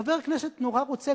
חבר כנסת נורא רוצה,